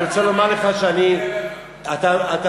אני רוצה לומר לך שאני, גם אני אליך.